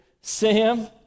Sam